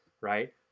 right